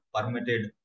permitted